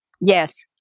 Yes